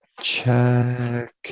check